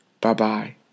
Bye-bye